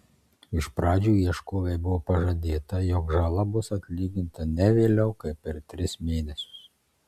iš pradžių ieškovei buvo pažadėta jog žala bus atlyginta ne vėliau kaip per tris mėnesius